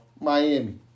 Miami